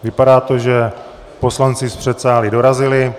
Vypadá to, že poslanci z předsálí dorazili.